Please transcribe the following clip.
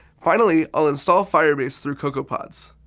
finally, i'll install firebase through cocoapods.